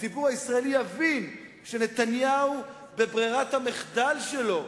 הציבור הישראלי יבין שנתניהו, בברירת המחדל שלו,